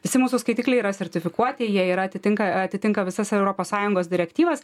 visi mūsų skaitikliai yra sertifikuoti jie yra atitinka atitinka visas europos sąjungos direktyvas